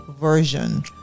version